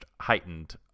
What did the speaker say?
heightened